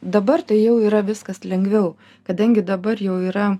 dabar tai jau yra viskas lengviau kadangi dabar jau yra